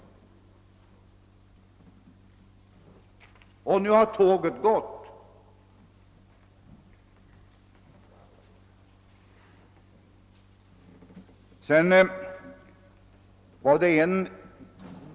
Tåget har alltså gått.